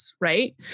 right